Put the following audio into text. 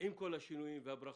עם כל השינויים והברכות,